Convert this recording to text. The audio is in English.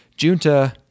Junta